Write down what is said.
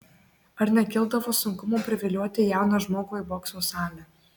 ar nekildavo sunkumų privilioti jauną žmogų į bokso salę